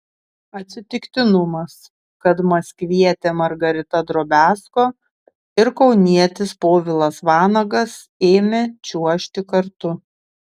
atsitiktinumas kad maskvietė margarita drobiazko ir kaunietis povilas vanagas ėmė čiuožti kartu